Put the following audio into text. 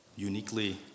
uniquely